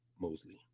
Mosley